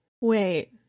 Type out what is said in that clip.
Wait